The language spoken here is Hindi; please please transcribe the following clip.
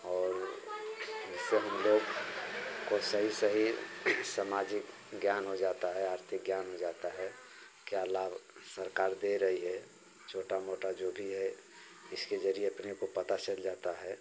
और इससे हम लोग को सही सही समाजिक ज्ञान हो जाता है आर्थिक ज्ञान हो जाता है क्या लाभ सरकार दे रही है छोटा मोटा जो भी है इसके जरिए अपने को पता चल जाता है